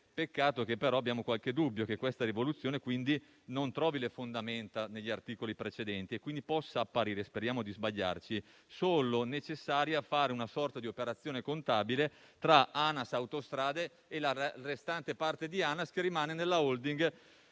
Peccato che, però, abbiamo qualche dubbio che questa rivoluzione trovi le fondamenta negli articoli precedenti e quindi non possa apparire - speriamo di sbagliarci - solo necessaria a una sorta di operazione contabile tra ANAS Autostrade e la restante parte di ANAS, che rimane nella *holding*